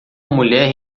mulher